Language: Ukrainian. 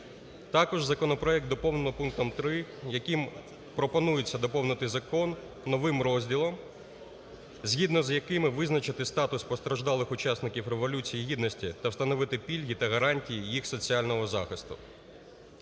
Також законопроект доповнено пунктом 3, яким пропонується доповнити Закон новим розділом, згідно з якими визначити статус постраждалих учасників Революції Гідності та встановити пільги та гарантії їх соціального захисту.